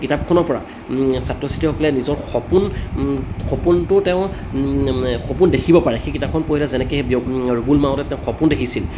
কিতাপখনৰ পৰা ছাত্ৰ ছাত্ৰীসকলে নিজৰ সপোন সপোনটো তেওঁ সপোন দেখিব পাৰে সেই কিতাপখন পঢ়িলে যেনেকৈ সেই ৰুবুল মাউতে তেওঁ সপোন দেখিছিল